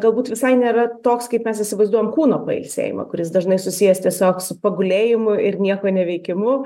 galbūt visai nėra toks kaip mes įsivaizduojam kūno pailsėjimą kuris dažnai susijęs tiesiog su pagulėjimu ir nieko neveikimu